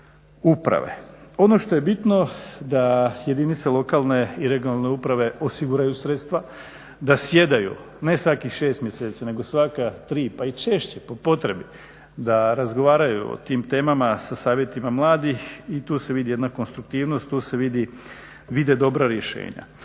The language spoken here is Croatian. uprave. Ono što je bitno da jedinica lokalne i regionalne uprave osiguraju sredstva, da sjedaju ne svakih 6 mjeseci nego svaka 3 pa i češće po potrebi, da razgovaraju o tim temama sa Savjetima mladih i tu se vidi jedna konstruktivnost, tu se vide dobra rješenja.